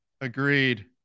Agreed